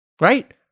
Right